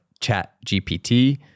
ChatGPT